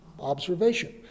observation